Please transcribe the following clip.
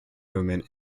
movement